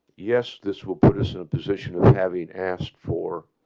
yes, this will put us in a position of having asked for